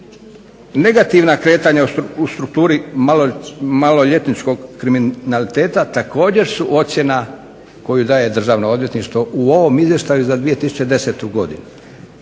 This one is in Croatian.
negativna kretanja u strukturi maloljetničkog kriminaliteta također su ocjena koju daje državno odvjetništvo u ovom Izvještaju za 2010. godinu.